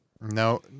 No